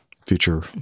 Future